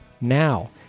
now